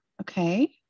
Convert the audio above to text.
Okay